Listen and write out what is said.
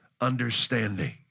understanding